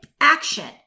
action